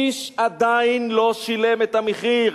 איש עדיין לא שילם את המחיר.